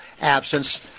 absence